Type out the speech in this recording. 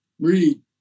Read